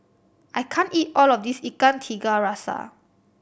I can't eat all of this Ikan Tiga Rasa